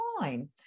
line